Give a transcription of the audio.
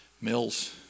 Mills